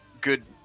good